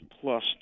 plus